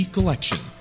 Collection